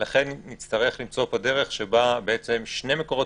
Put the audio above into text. ולכן נצטרך למצוא דרך שבה שני מקורות